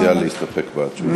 מציעה להסתפק בתשובה.